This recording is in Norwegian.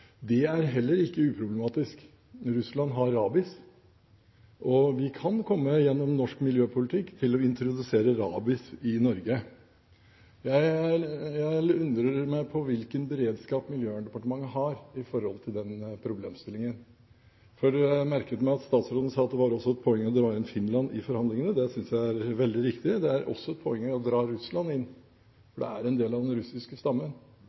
Det er heller ikke uproblematisk. Russland har rabies, og vi kan komme til, gjennom norsk miljøpolitikk, å introdusere rabies i Norge. Jeg undrer meg på hvilken beredskap Miljøverndepartementet har når det gjelder den problemstillingen. Jeg merket meg at statsråden sa at det også var et poeng å dra inn Finland i forhandlingene. Det synes jeg er veldig riktig. Det er også et poeng å dra Russland inn, for det er snakk om en del av den russiske stammen.